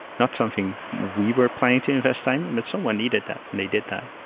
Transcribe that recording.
not something we were planning to invest time, but someone needed that and they did that.